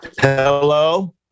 Hello